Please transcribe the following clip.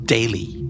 Daily